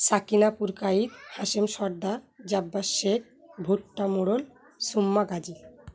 Sakina Purkait Hashem Sardar Abbas Sheikh Bhutta Morol Summa Gazi